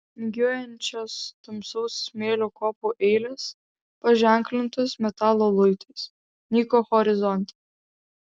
vingiuojančios tamsaus smėlio kopų eilės paženklintos metalo luitais nyko horizonte